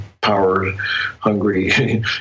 power-hungry